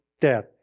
death